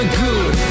good